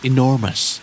Enormous